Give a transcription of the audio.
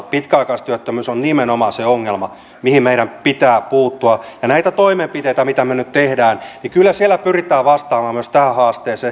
pitkäaikaistyöttömyys on nimenomaan se ongelma mihin meidän pitää puuttua ja näillä toimenpiteillä mitä me nyt teemme pyritään kyllä vastaamaan myös tähän haasteeseen